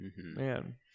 Man